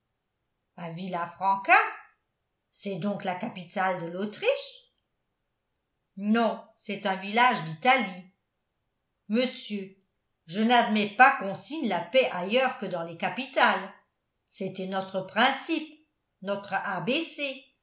à villafranca c'est donc la capitale de l'autriche non c'est un village d'italie monsieur je n'admets pas qu'on signe la paix ailleurs que dans les capitales c'était notre principe notre